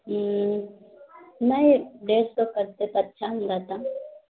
نہیں ڈیرھ سو کرتے تو اچھا نہ رہتا